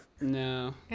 No